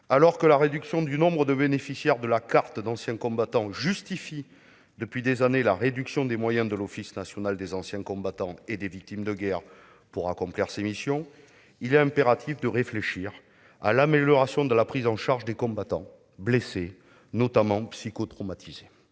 Alors que la réduction du nombre de bénéficiaires de la carte d'ancien combattant sert de justification, depuis des années, à la réduction des moyens de l'Office national des anciens combattants et victimes de guerre pour accomplir ses missions, il est impératif de réfléchir à l'amélioration de la prise en charge des combattants blessés, notamment les victimes